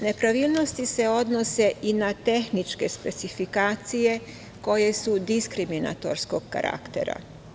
Nepravilnosti se odnose i na tehničke specifikacije koje su diskriminatorskog karaktera.